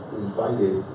invited